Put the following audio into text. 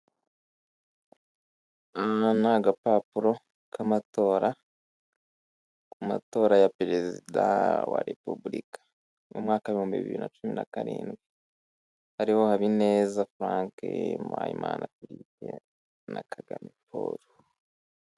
Aka ni agapapuro k'amatora, amatora ya perezida warepubulika mu mwaka w'ibihumbi bibiri na cumi na karindwi hariho; Habineza Frank, Mpayimana Filipe na Kagame Paul.